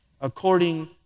according